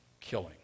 killing